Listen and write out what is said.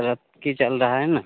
तरक़्क़ी चल रही है ना